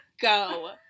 go